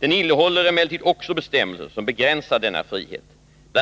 Den innehåller emellertid också bestämmelser som begränsar denna frihet. Bl.